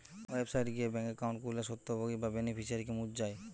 website গিয়ে bank account খুললে স্বত্বভোগী বা বেনিফিশিয়ারিকে মুছ যায়